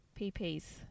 PPs